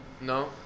No